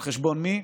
על חשבון מי?